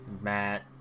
Matt